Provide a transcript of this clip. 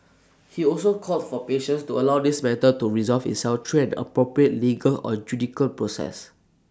he also called for patience to allow this matter to resolve itself through an appropriate legal or judicial process